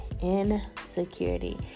insecurity